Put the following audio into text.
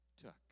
took